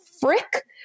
frick